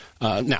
now